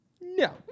no